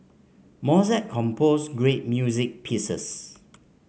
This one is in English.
Mozart composed great music pieces